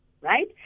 right